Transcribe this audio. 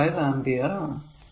25 ampere ആണ്